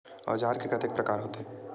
औजार के कतेक प्रकार होथे?